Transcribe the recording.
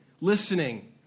listening